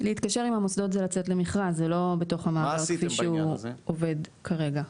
להתקשר עם המוסדות זה לצאת למכרז זה לא בתוך המאגר כפי שהוא עובד כרגע.